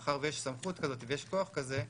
מאחר ויש סמכות כזאת ויש כוח כזה,